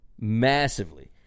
massively